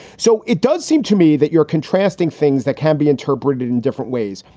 so it does seem to me that you're contrasting things that can be interpreted in different ways.